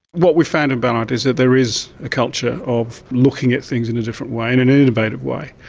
what we found about it is that there is a culture of looking at things in a different way and an innovative way.